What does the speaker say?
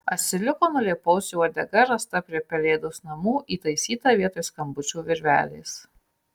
asiliuko nulėpausio uodega rasta prie pelėdos namų įtaisyta vietoj skambučio virvelės